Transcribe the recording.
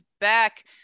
back